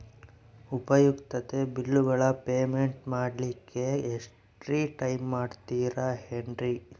ಉಪಯುಕ್ತತೆ ಬಿಲ್ಲುಗಳ ಪೇಮೆಂಟ್ ಮಾಡ್ಲಿಕ್ಕೆ ಎಕ್ಸ್ಟ್ರಾ ಟೈಮ್ ಕೊಡ್ತೇರಾ ಏನ್ರಿ?